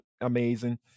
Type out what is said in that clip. amazing